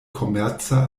komerca